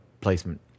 placement